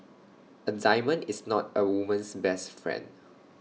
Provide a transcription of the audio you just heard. A diamond is not A woman's best friend